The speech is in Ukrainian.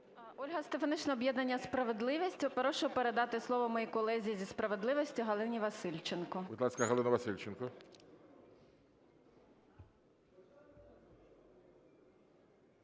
Ольга Стефанишина, об'єднання "Справедливість". Прошу передати слово моїй колезі зі "Справедливості" Галині Васильченко. ГОЛОВУЮЧИЙ. Будь ласка, Галина Васильченко.